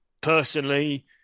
Personally